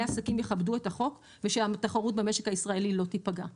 עסקים יכבדו את החוק ושהתחרות במשק הישראלי לא תיפגע.